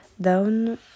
down